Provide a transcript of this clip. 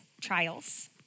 trials